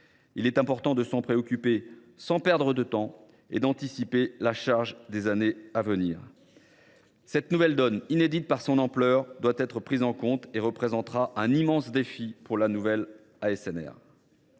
Il est important de s’en préoccuper sans perdre de temps et d’anticiper la charge des années à venir. Cette nouvelle donne, inédite par son ampleur, doit être prise en compte. Elle représentera un immense défi pour la nouvelle ASNR.